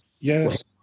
Yes